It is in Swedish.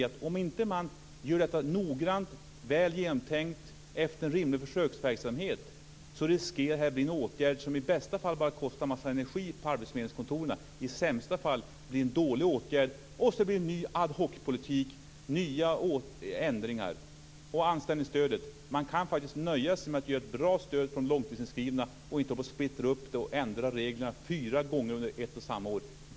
Om man inte gör detta noggrant, väl genomtänkt och efter en rimlig försöksverksamhet riskerar det att bli en åtgärd som i bästa fall bara kostar en massa energi på arbetsförmedlingskontoren och i sämsta fall blir dålig. Då blir det en ny ad hoc-politik och nya ändringar. Man kan faktiskt nöja sig med att skapa ett bra anställningsstöd för de långtidsinskrivna och inte splittra det och ändra reglerna fyra gånger under ett och samma år.